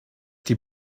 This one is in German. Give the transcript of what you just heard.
die